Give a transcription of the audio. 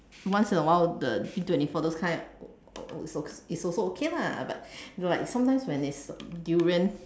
once in a while the D twenty four those kind al~ al~ also is also okay lah but you know like sometimes when it's durian